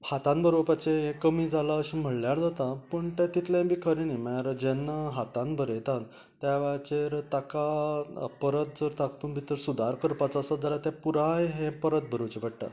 हातान बरोवपाचे कमी जाला अशें म्हळ्यार जाता पूण तें तितलेय बीन खरें न्ही म्हळ्यार जेन्ना हातान बरयता त्या वेळाचेर ताका परत जर तातूंत सुदार करपाचो आसा जाल्यार पुराय हे परत बरोवचे पडटा